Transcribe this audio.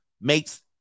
makes